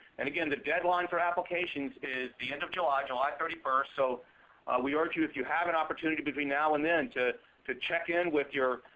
and again, the deadline for applications is the end of july july thirty one. so we urge you, if you have an opportunity between now and then, to to check in with your